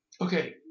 Okay